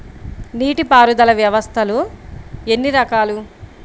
నీటిపారుదల వ్యవస్థలు ఎన్ని రకాలు?